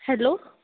hello